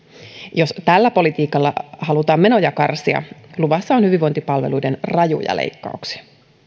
jos tällä politiikalla halutaan menoja karsia luvassa on hyvinvointipalveluiden rajuja leikkauksia